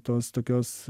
tos tokios